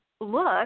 look